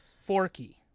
Forky